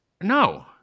No